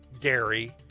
dairy